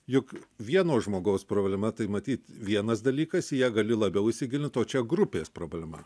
juk vieno žmogaus problema tai matyt vienas dalykas į ją gali labiau įsigilint o čia grupės problema